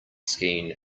skiing